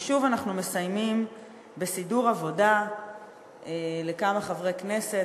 ושוב אנחנו מסיימים בסידור עבודה לכמה חברי כנסת,